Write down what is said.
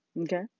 Okay